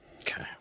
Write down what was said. Okay